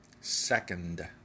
second